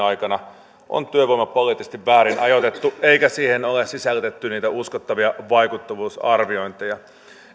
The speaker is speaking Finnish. aikana on työvoimapoliittisesti väärin ajoitettu eikä siihen ole sisällytetty niitä uskottavia vaikuttavuusarviointeja